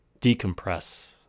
decompress